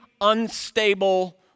unstable